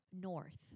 north